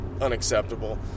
unacceptable